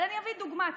אבל אני אביא דוגמה,